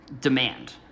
demand